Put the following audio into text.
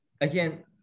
again